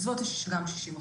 בסביבות ה-60%.